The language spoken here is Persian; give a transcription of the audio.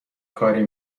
کاری